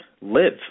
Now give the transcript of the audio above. live